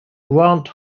grant